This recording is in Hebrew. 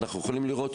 אנחנו יכולים לראות,